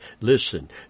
Listen